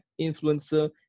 influencer